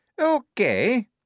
Okay